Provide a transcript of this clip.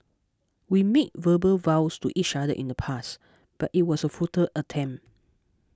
we made verbal vows to each other in the past but it was a futile attempt